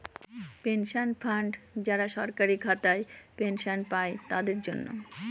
pension fund যারা সরকারি খাতায় পেনশন পাই তাদের জন্য